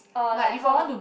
or like how